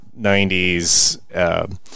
90s